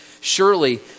surely